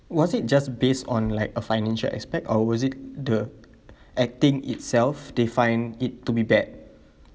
was it just based on like a financial aspect or was it the acting itself they find it to be bad